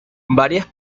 varias